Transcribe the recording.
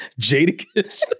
Jadakiss